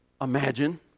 imagine